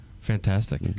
Fantastic